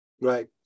right